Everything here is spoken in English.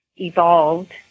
evolved